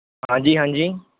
ਹਾਂਜੀ ਹਾਂਜੀ